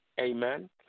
Amen